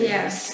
Yes